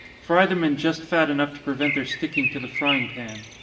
fry them in just fat enough to prevent their sticking to the frying pan.